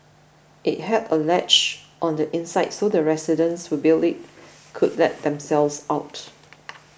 it had a latch on the inside so the residents who built it could let themselves out